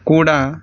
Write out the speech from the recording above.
కూడా